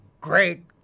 great